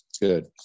Good